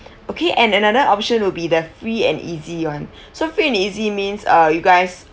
okay and another option will be the free and easy [one] so free and easy means uh you guys